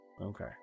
Okay